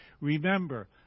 Remember